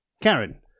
Karen